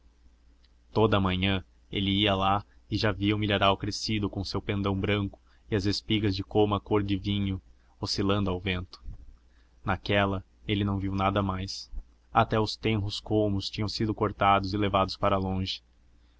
a manhã ele ia lá e já via o milharal crescido com o seu pendão branco e as suas espigas de coma cor de vinho oscilando ao vento naquela ele não viu nada mais até os tenros colmos tinham sido cortados e levados para longe